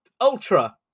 Ultra